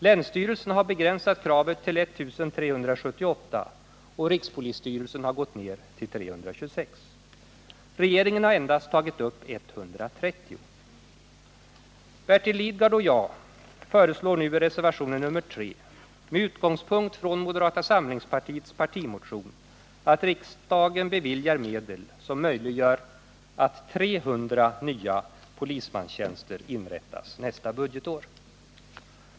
Länsstyrelserna har begränsat kravet till I 378 och rikspolisstyrelsen gick ner till 326. Regeringen har endast tagit upp 130. Bertil Lidgard och jag föreslår nu med utgångspunkt i moderata samlingspartiets partimotion att riksdagen beviljar medel, som möjliggör att 300 nya polismanstjänster inrättas nästa budgetår.